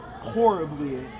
horribly